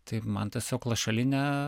tai man tiesiog lašelinę